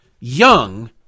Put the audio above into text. young